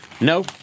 No